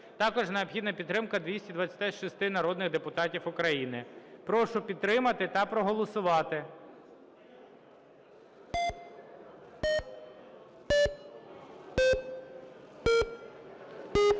Також необхідна підтримка 226 народних депутатів України. Прошу підтримати та проголосувати.